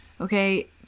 okay